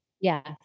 Yes